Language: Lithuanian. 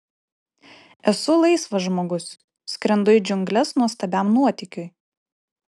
esu laisvas žmogus skrendu į džiungles nuostabiam nuotykiui